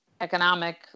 economic